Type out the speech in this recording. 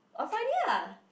or Friday lah